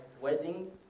wedding